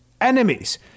enemies